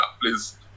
please